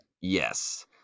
Yes